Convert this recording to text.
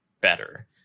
better